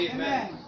Amen